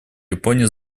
японии